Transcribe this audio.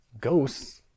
ghosts